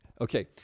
Okay